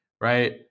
right